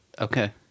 Okay